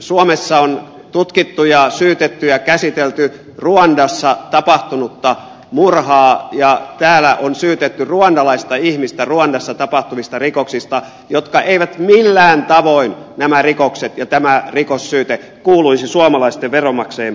suomessa on tutkittu ja syytetty ja käsitelty ruandassa tapahtunutta murhaa ja täällä on syytetty ruandalaista ihmistä ruandassa tapahtuneista rikoksista jotka eivät millään tavoin nämä rikokset ja tämä rikossyyte kuuluisi suomalaisten veronmaksajien piikkiin